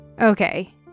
Okay